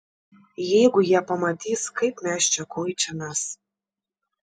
jeigu jie pamatys kaip mes čia kuičiamės